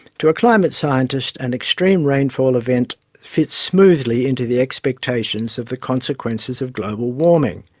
to a climate scientist, an extreme rainfall event fits smoothly into the expectations of the consequences of global warming.